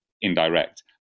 indirect